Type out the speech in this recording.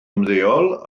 ymddeol